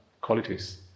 qualities